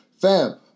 Fam